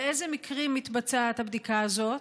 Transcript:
1. באילו מקרים מתבצעת הבדיקה הזאת?